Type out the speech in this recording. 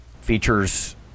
features